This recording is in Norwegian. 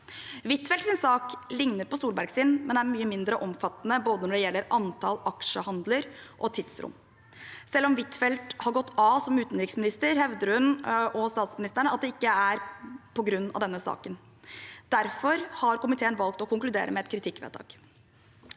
Huitfeldts sak ligner på Solbergs, men er mye mindre omfattende når det gjelder både antall aksjehandler og tidsrom. Selv om Huitfeldt har gått av som utenriksminister, hevder hun og statsministeren at det ikke er på grunn av denne saken. Derfor har komiteen valgt å konkludere med et kritikkvedtak.